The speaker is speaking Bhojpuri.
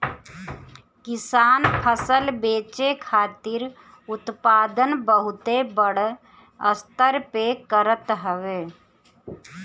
किसान फसल बेचे खातिर उत्पादन बहुते बड़ स्तर पे करत हवे